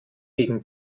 gegen